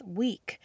week